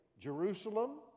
Jerusalem